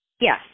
yes